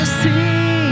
see